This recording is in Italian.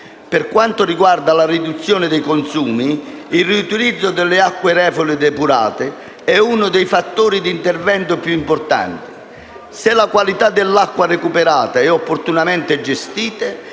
Per quanto riguarda la riduzione dei consumi, il riutilizzo delle acque reflue depurate è uno dei fattori d’intervento più importanti. Se la qualità dell’acqua recuperata è opportunamente gestita,